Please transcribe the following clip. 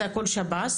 זה הכול שב”ס,